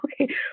Okay